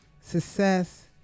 success